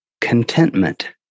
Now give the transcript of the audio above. contentment